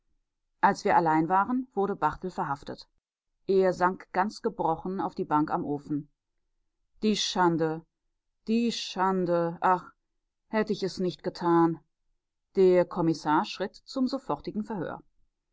als wir allein waren wurde barthel verhaftet er sank ganz gebrochen auf die bank am ofen die schande die schande ach hätt ich es nicht getan der kommissar schritt zum sofortigen verhör